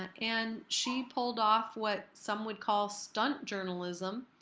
and she pulled off what some would call stunt journalism,